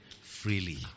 freely